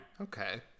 Okay